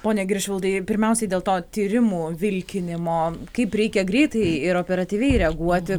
ponia giršvildai pirmiausiai dėl to tyrimų vilkinimo kaip reikia greitai ir operatyviai reaguoti